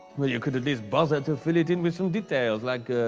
well you could at least bozzer to fill it in with some details like, er.